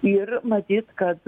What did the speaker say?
ir matyt kad